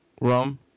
Rum